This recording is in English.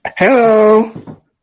Hello